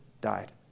died